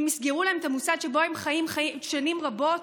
אם יסגרו להם את המוסד שבו הם חיים שנים רבות,